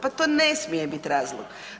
Pa to ne smije biti razlog.